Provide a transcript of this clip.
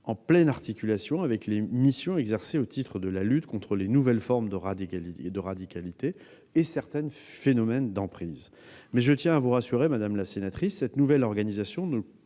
en pleine articulation avec les missions exercées au titre de la lutte contre les nouvelles formes de radicalité et certains phénomènes d'emprise. Toutefois, je tiens à vous rassurer, madame la sénatrice, cette nouvelle organisation ne